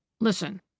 Listen